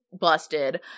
busted